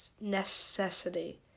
necessity